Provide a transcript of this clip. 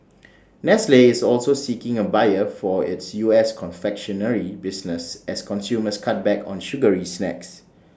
nestle is also seeking A buyer for its U S confectionery business as consumers cut back on sugary snacks